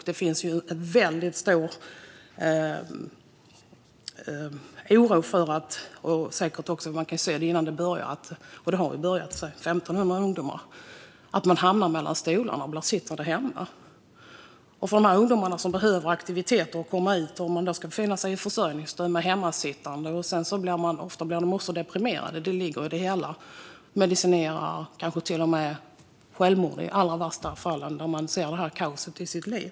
Det finns en väldigt stor oro - och vi kan se att det redan har börjat för 1 500 ungdomar - att man ska hamna mellan stolarna och bli sittande hemma. Om dessa ungdomar, som behöver aktiviteter för att komma ut, ska befinna sig i försörjningsstöd med hemmasittande blir de ofta deprimerade - det ligger i det hela - med medicinering och i allra värsta fall kanske självmord som följd när man ser detta kaos i sitt liv.